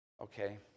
Okay